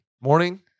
Morning